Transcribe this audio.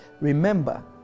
Remember